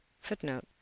Footnote